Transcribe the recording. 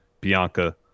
Bianca